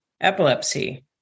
epilepsy